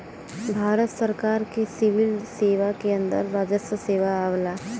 भारत सरकार के सिविल सेवा के अंदर राजस्व सेवा आवला